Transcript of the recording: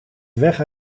weg